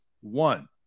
one